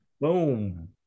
boom